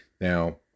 Now